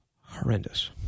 horrendous